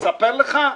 לספר לך?